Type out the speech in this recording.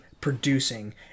producing